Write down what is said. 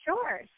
Sure